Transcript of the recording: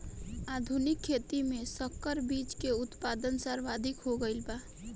आधुनिक खेती में संकर बीज के उत्पादन सर्वाधिक हो गईल बा